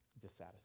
dissatisfied